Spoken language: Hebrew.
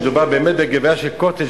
שמדובר באמת בגביע של "קוטג'",